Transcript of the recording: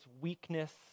weakness